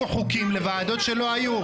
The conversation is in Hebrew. ה-20.